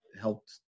helped